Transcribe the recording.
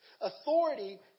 Authority